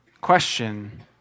question